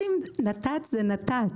נת"צ זה נת"צ.